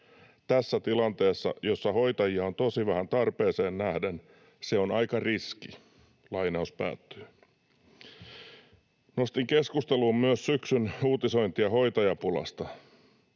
Tässä tilanteessa, jossa hoitajia on tosi vähän tarpeeseen nähden, se on aika riski.” Nostin keskusteluun myös syksyn uutisointia hoitajapulasta.